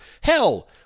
Hell